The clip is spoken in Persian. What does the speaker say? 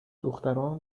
دختران